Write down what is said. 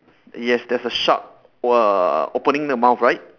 yes there's a shark uh opening the mouth right